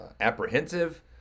apprehensive